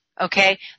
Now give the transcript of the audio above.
Okay